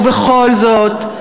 ובכל זאת,